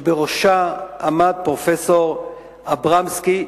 שבראשה עמד פרופסור אברמסקי,